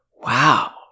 wow